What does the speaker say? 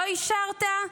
לא אישרת?